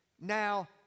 Now